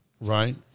Right